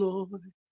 Lord